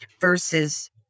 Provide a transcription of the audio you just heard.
versus